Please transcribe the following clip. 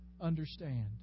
understand